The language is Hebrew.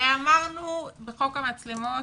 הרי אמרנו בחוק המצלמות,